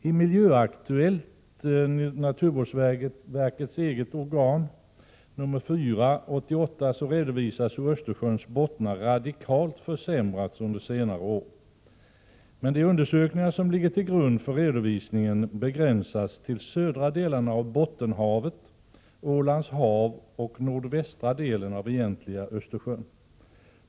I Miljöaktuellt nr 4, 1988 — naturvårdsverkets eget organ — redovisas hur Östersjöns bottnar radikalt försämrats under senare år. Men de undersökningar som ligger till grund för redovisningen begränsas till att gälla södra delarna av Bottenhavet, Ålands hav och nordvästra delen av egentliga Östersjön.